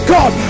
God